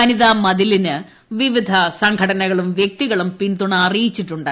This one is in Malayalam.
വനിതാമതിലിന് വിവിധ സംഘടനകളും വൃക്തികളും പിന്തുണ അറിയിച്ചിട്ടുണ്ട്